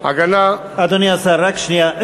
הגנה, אדוני השר, רק שנייה.